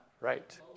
Right